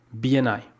BNI